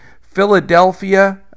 Philadelphia